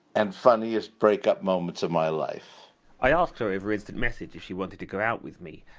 and funniest, break-up moments of my life i asked her over instant message if she wanted to go out with me.